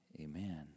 Amen